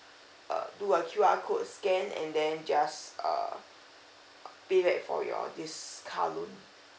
err do a Q_R code scan and then just uh pay back for your this car loan